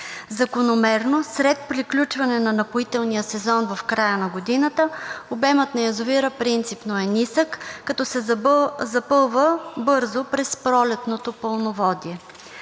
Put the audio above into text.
Закономерно, след приключване на напоителния сезон в края на годината, обемът на язовира принципно е нисък, като се запълва бързо през пролетното пълноводие.